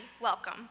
welcome